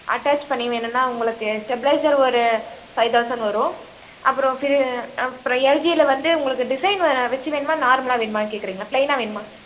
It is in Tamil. அட்டேச் பண்ணி வேணுன்னால் உங்களுக்கு ஸ்டெப்லைசர் ஒரு ஃபை தௌசண்ட் வரும் அப்புறம் ஃப்ரி அப்புறம் எல்ஜியில் வந்து உங்களுக்கு டிசைனு வெச்சு வேணுமா நார்மலாக வேணுமான்னு கேட்குறேங்க ப்ளைனாக வேணுமா